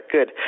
Good